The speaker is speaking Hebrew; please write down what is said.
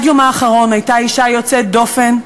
עד יומה האחרון הייתה אישה יוצאת דופן,